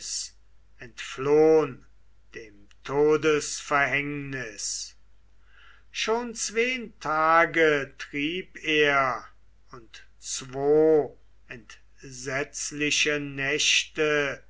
entflohn dem todesverhängnis schon zween tage trieb er und zwo entsetzliche nächte